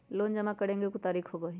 Loan जमा करेंगे एगो तारीक होबहई?